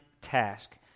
task